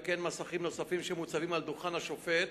וכן מסכים נוספים שמוצבים על דוכן השופט